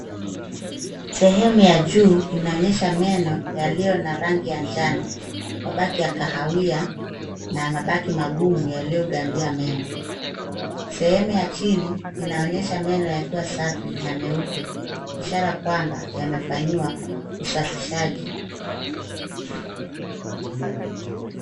Sehemu ya juu inaonyesha meno yaliyo na rangi ya njano, mabaki ya kahawia na mabaki magumu yaliogandia meno. Sehemu ya chini inaonyesha meno yakiwa safi na meupe, ishara kwamba yamefanyiwa usafishaji.